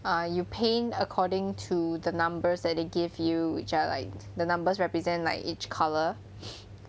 uh you paint according to the numbers that they give you which are like the numbers represent like each colour